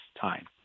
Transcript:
time